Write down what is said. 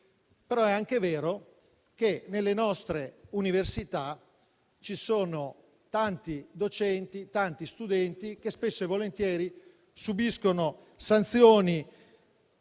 Però è anche vero che nelle nostre università ci sono tanti docenti e tanti studenti che spesso e volentieri subiscono sanzioni